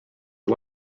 his